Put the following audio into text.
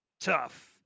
tough